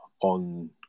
on